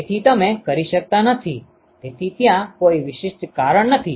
તેથી તમે કરી શકતા નથી તેથી ત્યાં કોઈ વિશિષ્ટ કારણ નથી